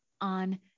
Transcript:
on